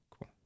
Cool